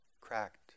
cracked